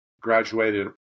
Graduated